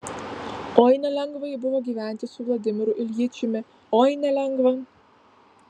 oi nelengva jai buvo gyventi su vladimiru iljičiumi oi nelengva